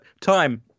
Time